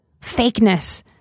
fakeness